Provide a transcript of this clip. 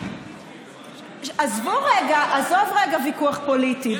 עזוב רגע ויכוח פוליטי,